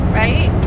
right